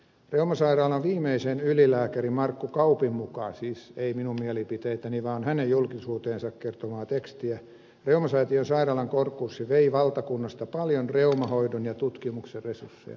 reumasairaalan viimeisen ylilääkärin markku kaupin mukaan siis ei minun mielipiteitäni vaan hänen julkisuuteen kertomaansa tekstiä reumasäätiön sairaalan konkurssi vei valtakunnasta paljon reumahoidon ja tutkimuksen resursseja